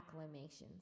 acclamations